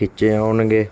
ਖਿੱਚੇ ਆਉਣਗੇ